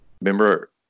remember